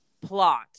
plot